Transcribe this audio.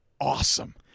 awesome